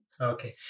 Okay